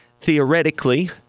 theoretically